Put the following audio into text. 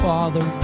Father